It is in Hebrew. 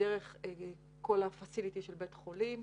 דרך כל הפסיליטי של בית חולים,